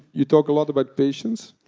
you talk a lot about patience,